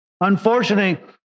Unfortunately